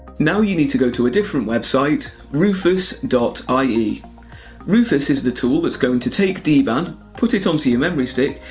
now you need to go to a different website rufus ah ie. rufus is the tool that's going to take dban, put it on to your memory stick,